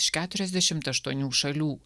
iš keturiasdešimt aštuonių šalių